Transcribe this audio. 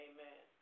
Amen